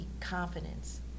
confidence